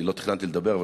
לא תכננתי לדבר,